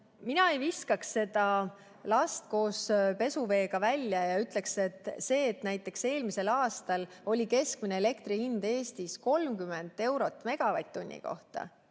Mina ei viskaks n-ö last koos pesuveega välja ega ütleks, et see, et näiteks eelmisel aastal oli keskmine elektrihind Eestis 30 eurot megavatt-tunni kohta